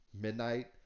midnight